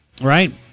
right